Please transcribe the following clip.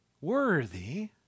worthy